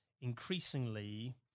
increasingly